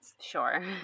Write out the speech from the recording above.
Sure